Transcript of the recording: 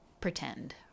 pretend